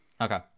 Okay